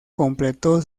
completó